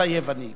"מתחייב אני",